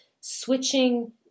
switching